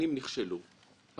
בצורה אובייקטיבית וטובה, כן או לא?